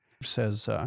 says